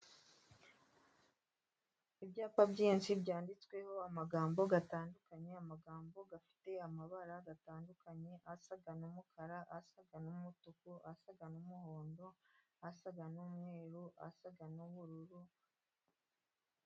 Ibyapa byinshi byanditsweho amagambo atandukanye, amagambo afite amabara atandukanye asa n'umukara, asa n'umutuku, asa n'umuhondo, asa n'umweru, asa n'ubururu.